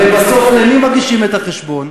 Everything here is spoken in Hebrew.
הרי בסוף למי מגישים את החשבון?